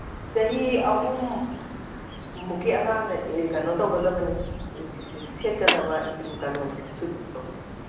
ꯆꯍꯤ ꯑꯍꯨꯝꯃꯨꯛꯀꯤ ꯑꯉꯥꯡꯅ ꯀꯩꯅꯣ ꯇꯧꯒꯗꯕꯅꯤ ꯁꯦꯠꯀꯗꯕ ꯀꯩꯅꯣꯅꯤ ꯁꯨꯠꯇꯣ